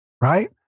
right